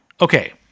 okay